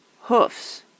Hoofs